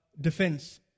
defense